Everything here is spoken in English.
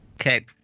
Okay